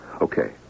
Okay